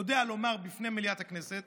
יודע לומר בפני מליאת הכנסת